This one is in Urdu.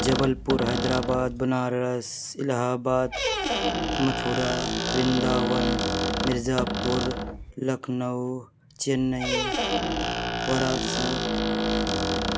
جبل پور حیدرآباد بنارس الہ آباد متھرا ورنداون مرزا پور لکھنؤ چنئی وارانسی